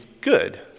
good